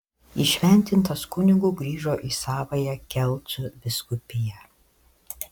įšventintas kunigu grįžo į savąją kelcų vyskupiją